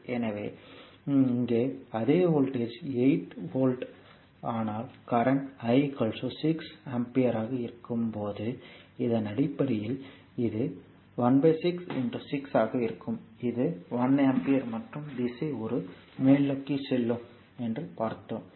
எனவே இங்கே அதே வோல்டேஜ் 8 வோல்ட் ஆனால் கரண்ட் I 6 ஆம்பியர் ஆக இருக்கும் போது இதன் அடிப்படையில் இது 16 6 ஆக இருக்கும் இது 1 ஆம்பியர் மற்றும் திசை ஒரு மேல்நோக்கி செல்லும் என்று பார்த்தோம்